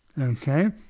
Okay